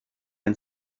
and